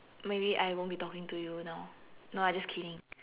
maybe I won't be talking to you now no ah I just kidding